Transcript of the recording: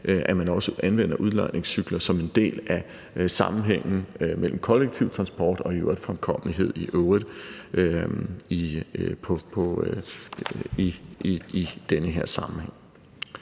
at man også anvender udlejningscykler som en del af sammenhængen mellem kollektiv transport og fremkommelighed i øvrigt i den her sammenhæng.